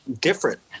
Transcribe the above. different